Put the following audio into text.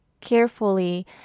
carefully